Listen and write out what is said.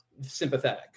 sympathetic